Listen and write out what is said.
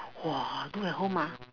!wah! do at home ah